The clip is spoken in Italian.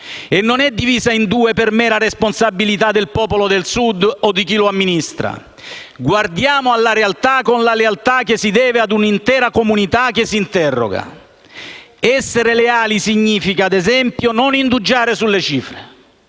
non è divisa in due parti per mera responsabilità del popolo del Sud o di chi lo amministra. Guardiamo alla realtà con la lealtà che si deve ad un'intera comunità che si interroga. Essere leali significa, ad esempio, non indugiare sulle cifre.